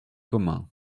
comin